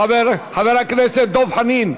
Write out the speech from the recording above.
חבר הכנסת דב חנין.